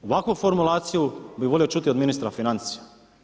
Ovakvu formulaciju bih volio čuti od ministra financija.